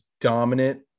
dominant